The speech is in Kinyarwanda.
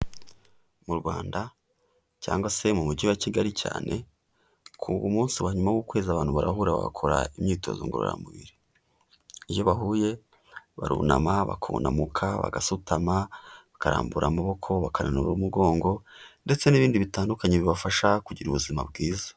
Mu Rwanda cyangwa se mu mujyi wa Kigali cyane, ku munsi wa nyuma w'ukwezi abantu barahura bagakora imyitozo ngororamubiri, iyo bahuye barunama, bakunamuka, bagasutama, bakarambura amaboko, bakananura n'umugongo ndetse n'ibindi bitandukanye bibafasha kugira ubuzima bwiza.